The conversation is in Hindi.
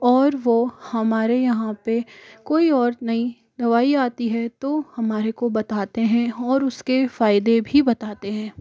और वो हमारे यहां पर कोई और नई दवाई आती है तो हमारे को बताते हैं और उसके फ़ायदे भी बताते हैं